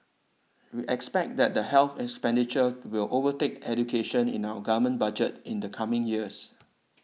we expect that the health expenditure will overtake education in our government budget in the coming years